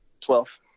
twelve